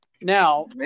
Now